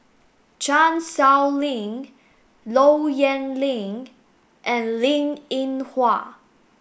Chan Sow Lin Low Yen Ling and Linn In Hua